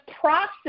process